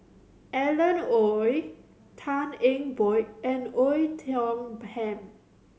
Alan Oei Tan Eng Bock and Oei Tiong Ham